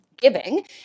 giving